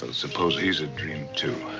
ah suppose he's a dream, too?